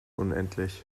unendlich